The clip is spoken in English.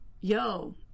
yo